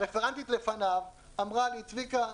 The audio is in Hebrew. הרפרנטית לפניו אמרה לי: צביקה,